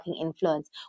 influence